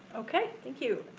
okay, thank you.